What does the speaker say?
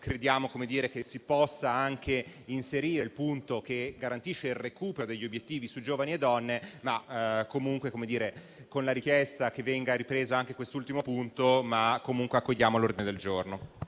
Crediamo che si possa anche inserire il punto che garantisce il recupero degli obiettivi su giovani e donne. In ogni caso, con la richiesta che venga ripreso anche quest'ultimo punto, accogliamo la riformulazione